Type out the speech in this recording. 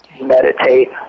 Meditate